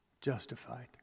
justified